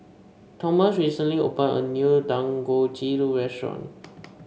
Thomas recently opened a new Dangojiru Restaurant